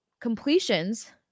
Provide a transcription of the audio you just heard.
completions